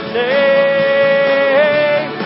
name